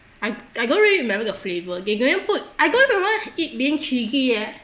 I I don't really remember the flavour they didn't put I don't remember it being cheesy ya